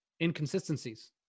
inconsistencies